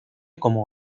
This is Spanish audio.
como